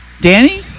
Danny